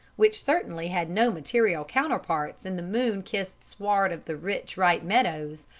which certainly had no material counterparts in the moon-kissed sward of the rich, ripe meadows,